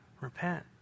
Repent